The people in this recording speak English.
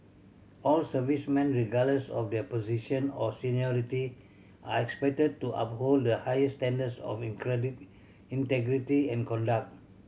all servicemen regardless of their position or seniority are expected to uphold the highest standards of integrity and conduct